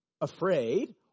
afraid